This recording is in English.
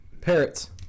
Parrots